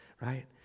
right